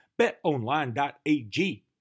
Betonline.ag